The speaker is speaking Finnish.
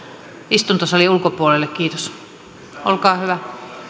istuntosalin ulkopuolelle kiitos olkaa hyvä